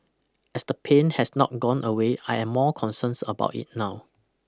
as the pain has not gone away I am more concerns about it now